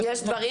הטווח,